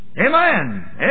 Amen